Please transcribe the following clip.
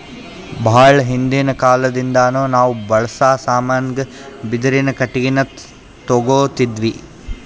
ಭಾಳ್ ಹಿಂದಿನ್ ಕಾಲದಿಂದಾನು ನಾವ್ ಬಳ್ಸಾ ಸಾಮಾನಿಗ್ ಬಿದಿರಿನ್ ಕಟ್ಟಿಗಿನೆ ತೊಗೊತಿದ್ವಿ